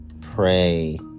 pray